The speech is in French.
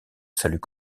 salut